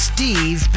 Steve